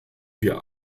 wir